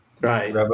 right